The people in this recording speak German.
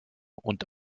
und